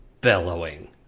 bellowing